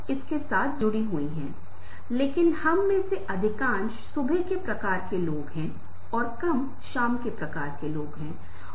तो आपको इसके बारे में पता होना चाहिए